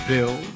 Bill